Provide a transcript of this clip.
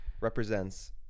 represents